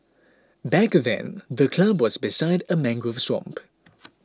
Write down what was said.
back then the club was beside a mangrove swamp